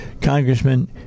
Congressman